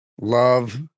love